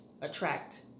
attract